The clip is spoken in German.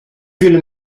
fühle